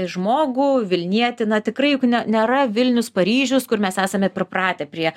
žmogų vilnietį na tikrai juk ne nėra vilnius paryžius kur mes esame pripratę prie